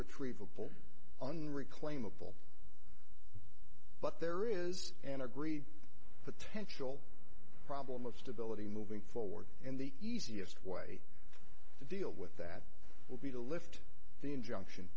retrievable on reclaimable but there is an agreed potential problem of stability moving forward and the easiest way to deal with that will be to lift the injunction